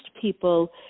people